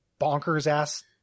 bonkers-ass